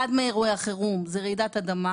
אחד מאירועי החירום זה רעידת אדמה.